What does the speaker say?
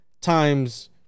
times